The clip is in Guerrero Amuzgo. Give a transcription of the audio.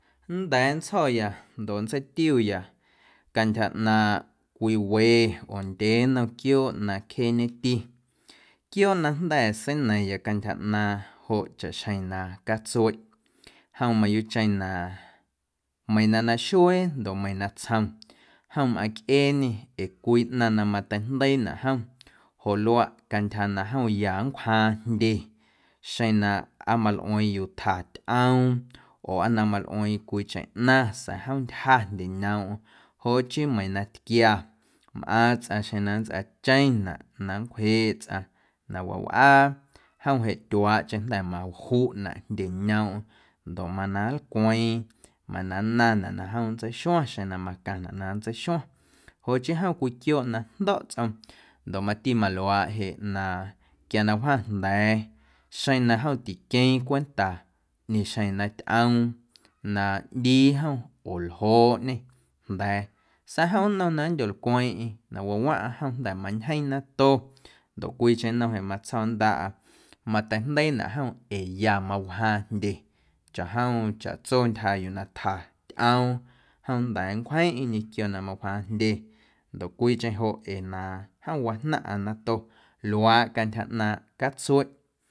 Nnda̱a̱ nntjo̱ya ndoꞌ nnda̱a̱ nntseitiuya cantyja ꞌnaaⁿꞌ cwii we oo ndyee nnom quiooꞌ na cjeeñeti quiooꞌ na jnda̱ seinaⁿya cantyja ꞌnaaⁿꞌ joꞌ chaꞌxjeⁿ na catsueꞌ jom mayuuꞌcheⁿ na meiiⁿ na naxuee ndoꞌ meiiⁿ natsjom jom mꞌaⁿcꞌeeñe cwii ꞌnaⁿ na mateijndeiinaꞌ jom joꞌ luaꞌ cantyja na jom ya nncwjaaⁿ jndye xeⁿ na aa malꞌueeⁿ yuu tja tyꞌoom oo aa na malꞌueeⁿ cwiicheⁿ ꞌnaⁿ sa̱a̱ jom ntyja jndyeñoomꞌm joꞌ chii meiiⁿ tquiaⁿ mꞌaaⁿ tsꞌaⁿ xeⁿ na nntsꞌaacheⁿnaꞌ na nncwjeeꞌ tsꞌaⁿ na wawꞌaa jom jeꞌ tyuaaꞌcheⁿ jnda̱ majuꞌnaꞌ jndye ñoomꞌm ndoꞌ mana nlcweeⁿ mana nnaⁿnaꞌ na jom nntseixuaⁿ xeⁿ na macaⁿnaꞌ na nntseixuaⁿ joꞌ chii jom cwii quiooꞌ na jndo̱ꞌ tsꞌom ndoꞌ mati maluaaꞌ jeꞌ na quia na wjaⁿ jnda̱a̱ xeⁿ na jom tiqueeⁿ cwenta ꞌñeeⁿxjeⁿ na tyꞌoom na ꞌndii jom oo ljooꞌñe jnda̱a̱ sa̱a̱ jom nnom na nndyolcweeⁿꞌeⁿ na wawaⁿꞌaⁿ jom jnda̱ mantyjeⁿ nato ndoꞌ cwiicheⁿ nnom jeꞌ matsjo̱ndaꞌa mateijndeiinaꞌ jom ee ya mawjaaⁿ jndye chaꞌjom chaꞌtso ntyja yuu na tja tyꞌoom jom nnda̱a̱ nncwjeeⁿꞌeⁿ ñequio na mawjaaⁿ jndye ndoꞌ cwiicheⁿ joꞌ ee na jom wajnaⁿꞌaⁿ nato luaaꞌ cantyja ꞌnaaⁿꞌ catsueꞌ.